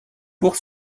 pour